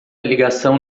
ligação